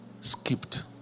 skipped